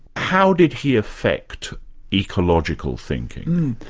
how did he affect ecological thinking?